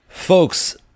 Folks